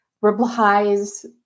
replies